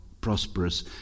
prosperous